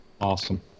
Awesome